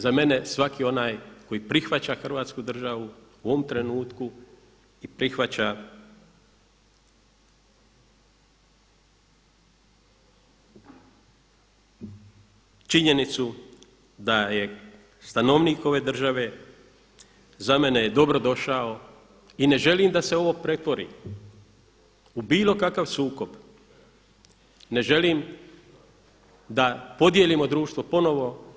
Za mene svaki onaj tko prihvaća Hrvatsku državu u ovom trenutku i prihvaća činjenicu da je stanovnik ove države, za mene je dobrodošao i ne želim da se ovo pretvori u bilo kakav sukob, ne želim da podijelimo društvo ponovo.